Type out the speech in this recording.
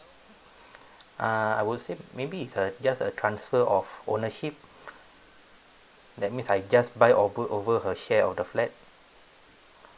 uh I would say maybe it is uh just a transfer of ownership that means I just buy or put over her share of the flat